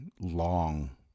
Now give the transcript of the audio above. long